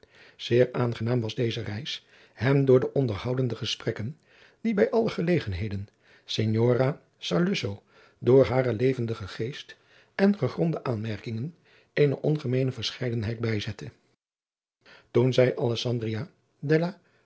zeer aangenaam was deze reis hem door de onderhoudende gesprekken die bij alle gelegenheden signora saluzzo door haren levendigen geest en gegronde aanmerkingen eene ongemeene verscheidenheid bijzette toen zij